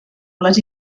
les